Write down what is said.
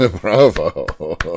bravo